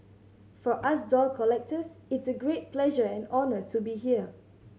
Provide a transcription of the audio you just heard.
for us doll collectors it's a great pleasure and honour to be here